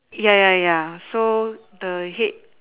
ya ya ya so the head